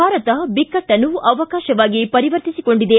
ಭಾರತ ಬಿಕ್ಕಟ್ಟನ್ನು ಅವಕಾಶವಾಗಿ ಪರಿವರ್ತಿಸಿಕೊಂಡಿದೆ